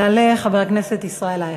יעלה חבר הכנסת ישראל אייכלר.